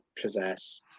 possess